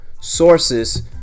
sources